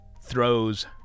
throws